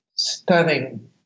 stunning